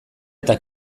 eta